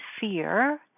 fear